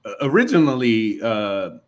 originally